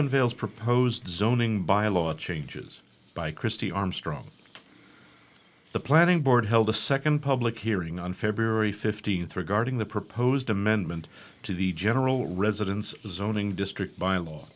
avails proposed zoning by law changes by christie armstrong the planning board held a second public hearing on february fifteenth regarding the proposed amendment to the general residence zoning district by law